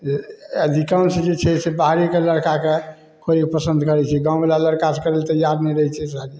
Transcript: अधिकांश जे छै से बाहरेके लड़काके कोइ पसन्द करै छै गाँव बला लड़का से करै लए तैयार नहि रहै छै शादी